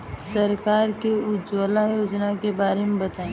सरकार के उज्जवला योजना के बारे में बताईं?